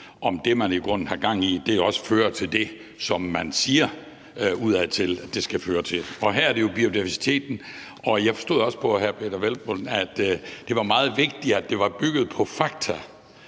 om det, man i grunden har gang i, også fører til det, som man udadtil siger det skal føre til – og her er det jo øget biodiversitet. Jeg forstod også på hr. Peder Hvelplund, at det var meget vigtigt, at det var bygget på fakta